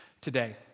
today